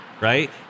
right